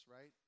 Right